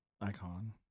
Icon